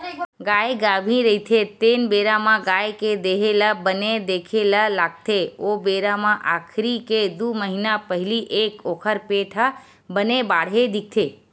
गाय गाभिन रहिथे तेन बेरा म गाय के देहे ल बने देखे ल लागथे ओ बेरा म आखिरी के दू महिना पहिली तक ओखर पेट ह बने बाड़हे दिखथे